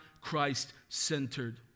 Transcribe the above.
Christ-centered